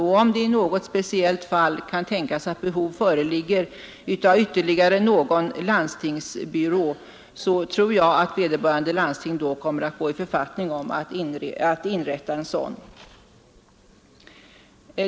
Om det i något speciellt fall kan tänkas att behov föreligger av ytterligare någon landstingsbyrå, så tror jag att vederbörande landsting kommer att gå i författning om att inrätta en sådan.